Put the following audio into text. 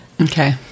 Okay